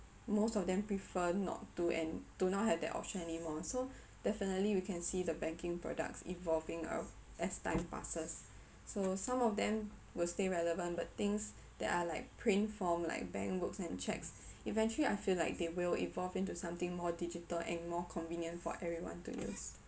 most of them prefer not to and do not have that option anymore so definitely we can see the banking products evolving uh as time passes so some of them will stay relevant but things that are like print form like bank books and cheques eventually I feel like they will evolve into something more digital and more convenient for everyone to use